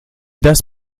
des